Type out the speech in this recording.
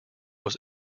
was